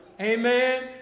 Amen